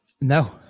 No